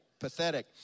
pathetic